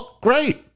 great